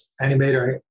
animator